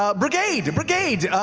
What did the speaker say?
um brigade, brigade,